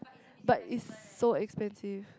but it's so expensive